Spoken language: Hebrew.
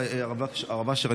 הרב אשר,